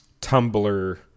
tumblr